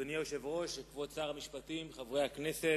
אדוני היושב-ראש, כבוד שר המשפטים, חברי הכנסת,